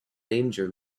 danger